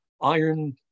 iron